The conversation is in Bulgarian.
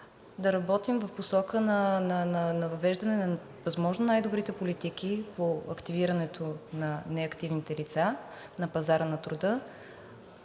да работим в посока на въвеждане на възможно най-добрите политики по активирането на неактивните лица на пазара на труда,